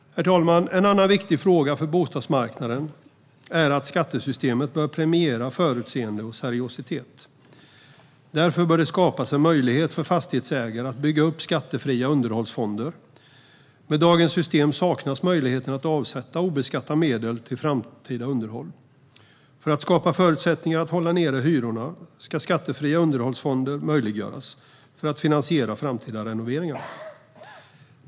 Herr talman! En annan viktig fråga för bostadsmarknaden är att skattesystemet bör premiera förutseende och seriositet. Därför bör det skapas en möjlighet för fastighetsägare att bygga upp skattefria underhållsfonder. Med dagens system saknas möjligheten att avsätta obeskattade medel till framtida underhåll. För att skapa förutsättningar att hålla nere hyrorna ska skattefria underhållsfonder möjliggöras för att finansiera framtida renoveringar.